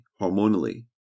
hormonally